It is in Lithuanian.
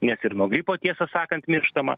nes ir nuo gripo tiesą sakant mirštama